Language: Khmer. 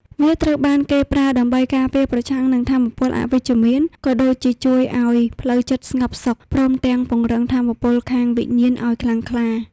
វាត្រូវបានគេប្រើដើម្បីការពារប្រឆាំងនឹងថាមពលអវិជ្ជមាន ក៏ដូចជាជួយឱ្យផ្លូវចិត្តស្ងប់សុខ ព្រមទាំងពង្រឹងថាមពលខាងវិញាណឱ្យខ្លាំងក្លា។